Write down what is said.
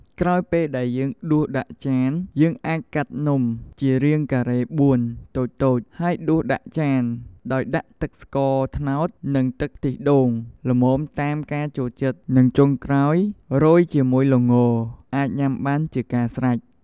ក្រោយពេលដែលយើងដួលដាក់ចានយើងអាចកាត់នំជារាងការេ៤តូចៗ ហើយដួសដាក់ចានដោយដាក់ទឹកស្ករត្នោតនិងទឹកខ្ទះដូងល្មមតាមការចូលចិត្តនិងចុងក្រោយរោយជាមួយល្ងរអាចញុាំបានជាការស្រេច។